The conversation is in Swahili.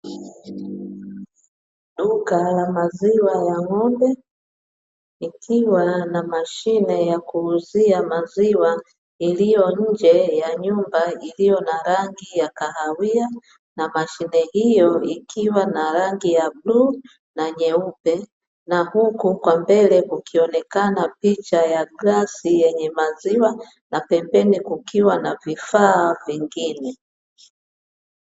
Duka la maziwa la ngo'mbe, likiwa na mashine ya kuuzia maziwa iliyo nje ya nyumba, iliyo na rangi ya kahawia na mashine hiyo ikiwa na rangi ya bluu na nyeupe, na huku kwa mbele ikionekana picha ya glasi yenye maziwa na pembeni kukiwa na vifaa vingine.